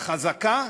חזקה,